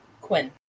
Quinn